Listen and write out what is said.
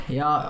ja